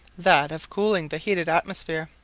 that of cooling the heated atmosphere.